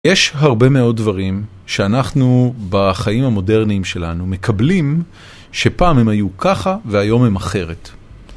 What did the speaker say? יש הרבה מאוד דברים שאנחנו בחיים המודרניים שלנו מקבלים שפעם הם היו ככה והיום הם אחרת.